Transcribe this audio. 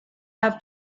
have